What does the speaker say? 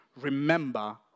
Remember